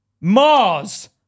Mars